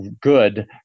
good